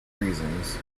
reasons